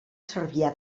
cervià